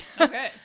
Okay